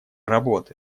работы